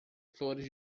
flores